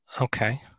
Okay